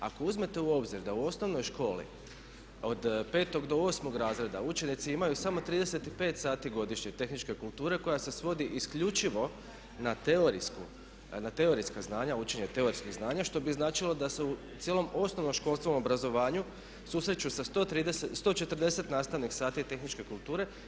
Ako uzmete u obzir da u osnovnoj školi od 5 do 8 razreda učenici imaju samo 35 sati godišnje tehničke kulture koja se svodi isključivo na teorijsku, na teorijska znanja, učenje o teoretskom znanju što bi značilo da se u cijelom osnovnoškolskom obrazovanju susreću sa 140 nastavnik sati tehničke kulture.